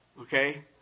Okay